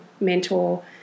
mentor